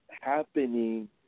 happening